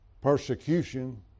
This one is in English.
persecution